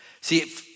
See